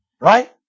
Right